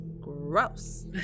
Gross